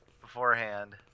beforehand